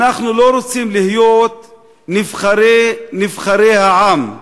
אנחנו לא רוצים להיות נבחרי נבחרי העם,